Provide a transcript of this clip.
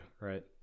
right